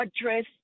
address